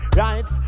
right